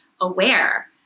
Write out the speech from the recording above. aware